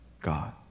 God